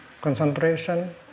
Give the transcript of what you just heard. concentration